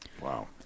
Wow